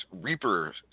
Reapers